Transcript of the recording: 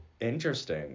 interesting